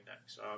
next